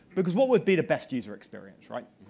because what would be the best user experience. right?